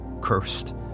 cursed